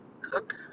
cook